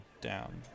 down